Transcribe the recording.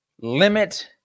Limit